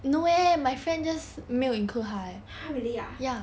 !huh! really ah